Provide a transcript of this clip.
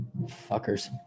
fuckers